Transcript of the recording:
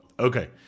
Okay